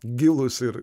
gilūs ir